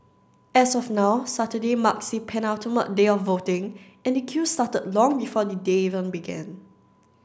as of now Saturday marks the penultimate day of voting and the queue started long before the day even began